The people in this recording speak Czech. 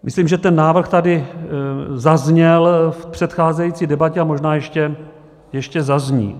Myslím, že ten návrh tady zazněl v předcházející debatě, a možná ještě zazní.